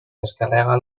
descarrega